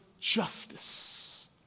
justice